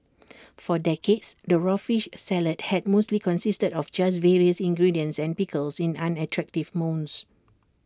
for decades the raw fish salad had mostly consisted of just various ingredients and pickles in unattractive mounds